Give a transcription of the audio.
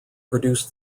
produced